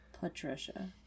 Patricia